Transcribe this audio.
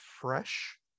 Fresh